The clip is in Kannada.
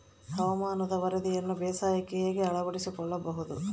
ಹವಾಮಾನದ ವರದಿಯನ್ನು ಬೇಸಾಯಕ್ಕೆ ಹೇಗೆ ಅಳವಡಿಸಿಕೊಳ್ಳಬಹುದು?